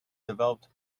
developed